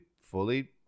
fully